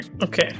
okay